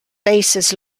bases